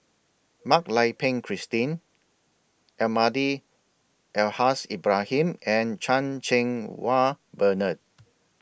Mak Lai Peng Christine Almahdi Al Haj Ibrahim and Chan Cheng Wah Bernard